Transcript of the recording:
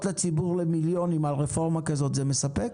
לציבור של מיליונים על רפורמה כזאת זה מספק?